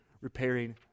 repairing